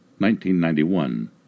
1991